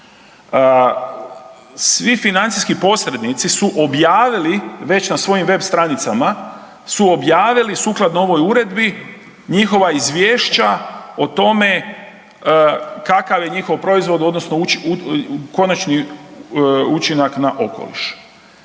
svi financijski posrednici su objavili već na svojim web stranicama, su objavili, sukladno ovoj Uredbi njihova izvješća o tome kakav je njihov proizvod odnosno konačni učinak na okoliš.